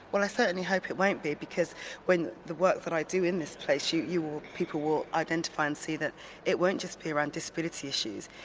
i certainly hope it won't be because when the work that i do in this place you you will people will identify and see that it won't just be around disability issues,